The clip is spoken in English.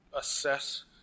assess